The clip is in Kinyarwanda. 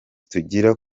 tugira